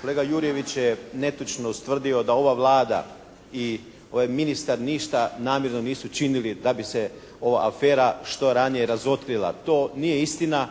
Kolega Jurjević je netočno ustvrdio da ova Vlada i ovaj ministar ništa namjerno nisu činili da bi se ova afera što ranije razotkrila. To nije istina.